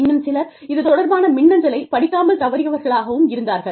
இன்னும் சிலர் இது தொடர்பான மின்னஞ்சலைப் படிக்காமல் தவறியவர்களாகவும் இருந்தார்கள்